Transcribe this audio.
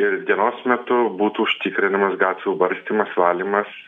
ir dienos metu būtų užtikrinamas gatvių barstymas valymas